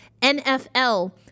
NFL